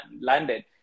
landed